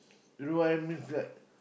do I miss that